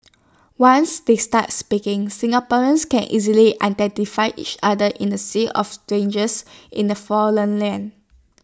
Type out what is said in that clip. once they start speaking Singaporeans can easily identify each other in A sea of strangers in A foreign land